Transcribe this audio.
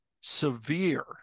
severe